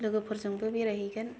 लोगोफोरजोंबो बेरायहैगोन